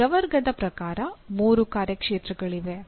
ಈ ಪ್ರವರ್ಗದ ಪ್ರಕಾರ ಮೂರು ಕಾರ್ಯಕ್ಷೇತ್ರಗಳಿವೆ